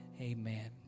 amen